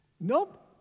Nope